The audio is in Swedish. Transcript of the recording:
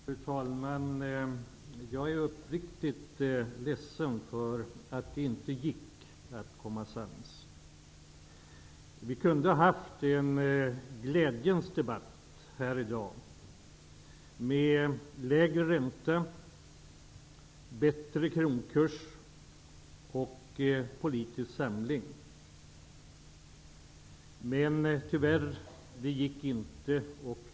Fru talman! Jag är uppriktigt ledsen för att det inte gick att bli sams. Med en lägre ränta, bättre kronkurs och politisk samling hade vi kunnat ha en glädjens debatt i dag. Men tyvärr, det gick inte.